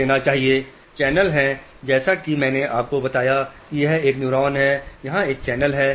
कई चैनल्स होते हैं जैसा कि मैंने आपको बताया कि यह एक न्यूरॉन है यहां एक चैनल है